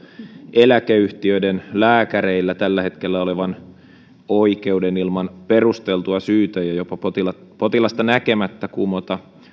eläkeyhtiöiden lääkäreillä tällä hetkellä olevan oikeuden oikeuden ilman perusteltua syytä ja jopa potilasta näkemättä kumota